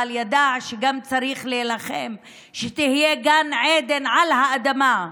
אבל הוא ידע שגם צריך להילחם כדי שיהיה גן עדן על האדמה,